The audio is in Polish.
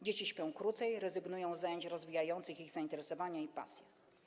Dzieci śpią krócej, rezygnują z zajęć rozwijających ich zainteresowania i pasje.